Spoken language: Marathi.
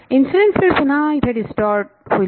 इन्सिडेंट फिल्ड पुन्हा पुढे डिस्टॉर्ट होईल